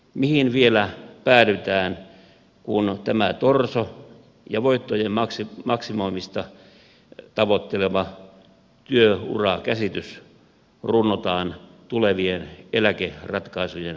mihin vielä päädytään kun tämä torso ja voittojen maksimoimista tavoitteleva työurakäsitys runnotaan tulevien eläkeratkaisujen pohjaksi